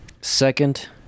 Second